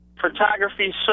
photography